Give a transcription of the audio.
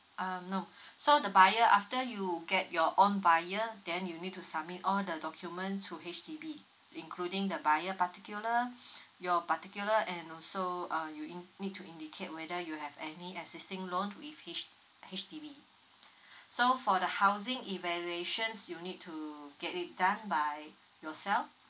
um no so the buyer after you get your own buyer then you need to submit all the document to H_D_B including the buyer particular your particular and also uh you in~ need to indicate whether you have any existing loan with H~ H_D_B so for the housing evaluations you need to get it done by yourself